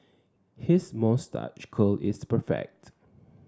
his moustache curl is perfect